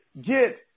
get